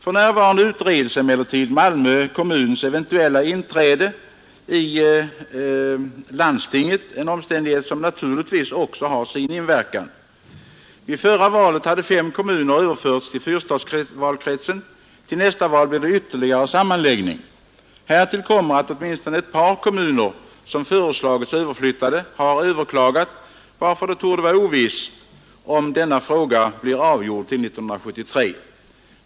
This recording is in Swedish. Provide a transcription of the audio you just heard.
För närvarande utreds emellertid Malmö kommuns eventuella inträde i landstinget, en omständighet som naturligtvis också har sin inverkan. fyrstadskretsen. I förra valet hade fem kommuner överförts till fyrstadskretsen. Till nästa val blir det ytterligare sammanläggning. Härtill kommer att åtminstone ett par kommuner som har föreslagits överflyttade har överklagat, varför det torde vara ovisst om denna fråga blir avgjord till 1973.